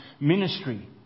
ministry